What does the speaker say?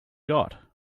got